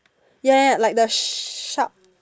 ya like the sharp